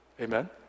Amen